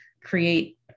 create